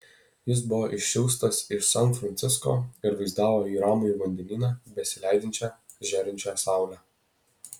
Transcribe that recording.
jis buvo išsiųstas iš san francisko ir vaizdavo į ramųjį vandenyną besileidžiančią žėrinčią saulę